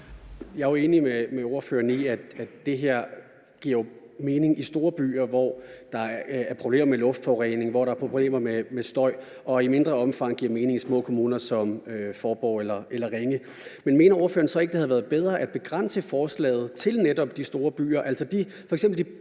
Jeg er enig med ordføreren i, at det her jo giver mening i store byer, hvor der er problemer med luftforurening, og hvor der er problemer med støj, og at det i mindre omfang giver mening i små kommuner som Faaborg-Midtfyn eller Ringe. Men mener ordføreren så ikke, at det ville have været bedre at begrænse forslaget til netop de store byer,